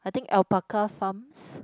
I think alpaca farms